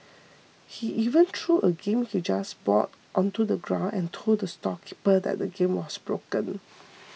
he even threw a game he just bought onto the ground and told the storekeeper that the game was broken